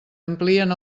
amplien